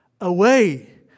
Away